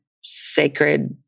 sacred